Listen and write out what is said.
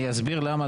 אני אסביר למה,